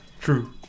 True